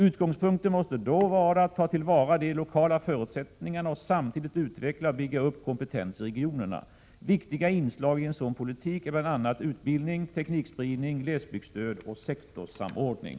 Utgångspunkten måste då vara att ta till vara de lokala förutsättningarna och samtidigt utveckla och bygga upp kompetens i regionerna. Viktiga inslag i en sådan politik är bl.a. utbildning, teknikspridning, glesbygdsstöd och sektorssamordning.